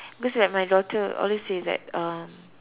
cause like my daughter always says that um